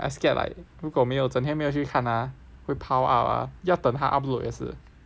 but then I scared like 如果没有整天没有去看 ah 会 pile up ah 要等他 upload 也是